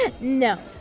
No